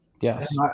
Yes